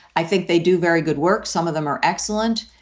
i think they do very good work. some of them are excellent.